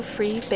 Free